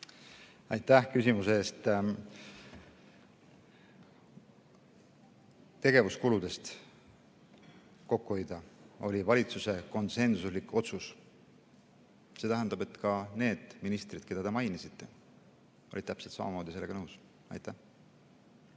Aitäh küsimuse eest! Tegevuskuludes kokku hoida oli valitsuse konsensuslik otsus. See tähendab, et ka need ministrid, keda te mainisite, olid täpselt samamoodi sellega nõus. Aitäh